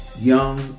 young